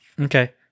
Okay